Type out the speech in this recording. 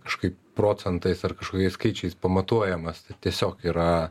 kažkaip procentais ar kažkokiais skaičiais pamatuojamas tai tiesiog yra